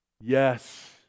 yes